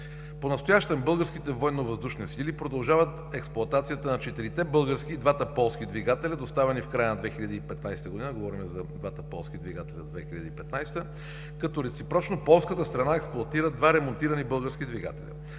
Понастоящем българските Военновъздушни сили продължават експлоатацията на четирите български и двата полски двигателя, доставени в края на 2015 г. (говорим за двата полски двигателя 2015 г.), като реципрочно полската страна експлоатира два ремонтирани български двигателя.